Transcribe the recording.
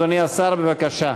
אדוני השר, בבקשה.